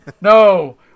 No